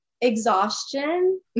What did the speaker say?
exhaustion